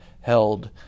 held